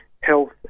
health